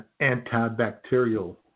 antibacterial